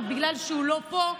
אבל בגלל שהוא לא פה,